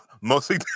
mostly